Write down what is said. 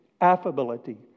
affability